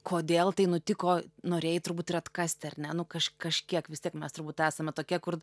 kodėl tai nutiko norėjai turbūt ir atkasti ar ne nu kaž kažkiek vis tiek mes turbūt esame tokie kur